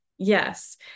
Yes